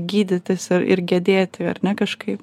gydytis ir gedėti ar ne kažkaip